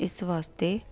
ਇਸ ਵਾਸਤੇ